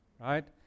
right